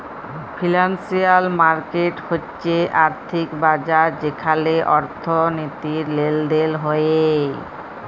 financial market হচ্যে আর্থিক বাজার যেখালে অর্থনীতির লেলদেল হ্য়েয়